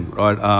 right